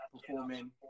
performing